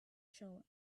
showing